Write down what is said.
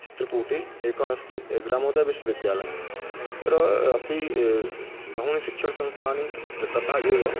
चित्रकूटे एकः अस्ति ग्रामोदयविश्वविद्यालयः तत्र अपि बहूनि शिक्षणसंस्थानानि तत् तथा एव